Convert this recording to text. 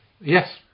Yes